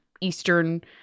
Eastern